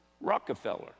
Rockefeller